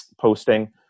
Posting